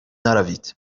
نروید